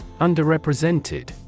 Underrepresented